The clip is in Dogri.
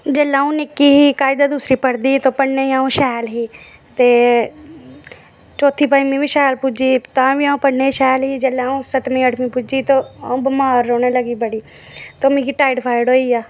जेल्लै अ'ऊं निक्की ही कायदा दूसरी पढदी ही ते पढने गी अ'ऊं ही ते चौथी पंजमी बी अ'ऊं शैल पुजी गेदी ही तां बी अ'ऊं पढ़ने गी शैल ही जेहले अ'ऊं सतमी अठंमी पुज्जी ते अ'ऊं बिमार रौह्ने लगी बड़ी ते मिगी टाईफाइड होई गेआ